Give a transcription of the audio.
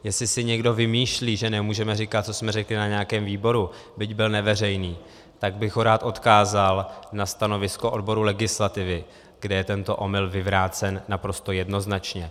Jestli si někdo vymýšlí, že nemůžeme říkat, co jsme řekli na nějakém výboru, byť byl neveřejný, tak bych ho rád odkázal na stanovisko odboru legislativy, kde je tento omyl vyvrácen naprosto jednoznačně.